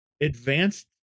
advanced